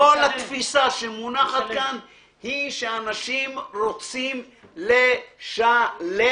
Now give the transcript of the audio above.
כל התפיסה שמונחת כאן היא שאנשים רוצים לשלם.